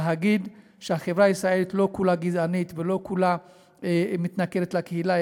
להגיד שהחברה הישראלית לא כולה גזענית ולא כולה מתנכלת לקהילה,